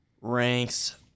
ranks